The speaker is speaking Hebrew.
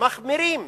מחמירים